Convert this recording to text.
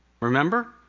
Remember